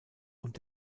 und